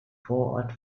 vorort